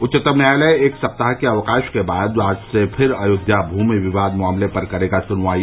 उच्चतम न्यायालय एक सप्ताह के अवकाश के बाद आज से फिर अयोध्या भूमि विवाद मामले पर करेगा सुनवाई